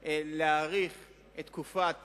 באה להאריך את תקופת